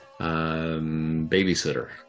babysitter